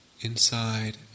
inside